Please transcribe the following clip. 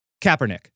Kaepernick